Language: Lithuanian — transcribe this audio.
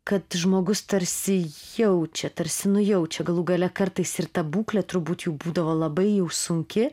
kad žmogus tarsi jaučia tarsi nujaučia galų gale kartais ir ta būklė turbūt jau būdavo labai sunki